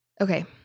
okay